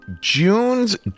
June's